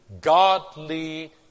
godly